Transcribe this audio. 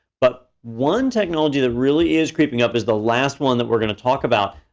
but one technology that really is creeping up is the last one that we're gonna talk about.